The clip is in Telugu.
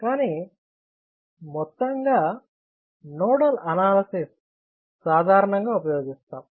కానీ మొత్తంగా నోడల్ అనాలసిస్ సాధారణంగా ఉపయోగిస్తాం